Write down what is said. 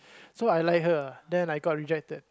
so I like her then I got rejected